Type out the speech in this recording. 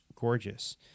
gorgeous